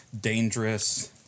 dangerous